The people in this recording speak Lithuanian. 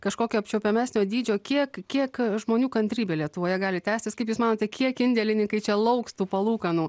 kažkokio apčiuopiamesnio dydžio kiek kiek žmonių kantrybė lietuvoje gali tęstis kaip jūs manote kiek indėlininkai čia lauks tų palūkanų